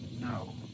No